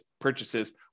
purchases